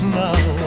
now